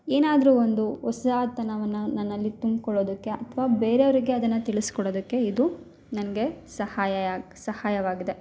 ಏನಾದರು ಒಂದು ಹೊಸತನವನ್ನ ನನ್ನಲ್ಲಿ ತುಂಬ್ಕೊಳ್ಳುದಕ್ಕೆ ಅಥ್ವ ಬೇರೆ ಅವರಿಗೆ ಅದನ್ನ ತಿಳಿಸ್ಕೊಡೋದಕ್ಕೆ ಇದು ನನಗೆ ಸಹಾಯ ಸಹಾಯವಾಗಿದೆ